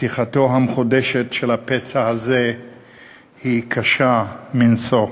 פתיחתו המחודשת של הפצע הזה היא קשה מנשוא.